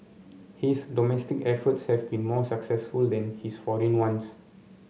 his domestic efforts have been more successful than his foreign ones